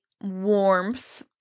warmth-